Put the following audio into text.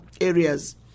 areas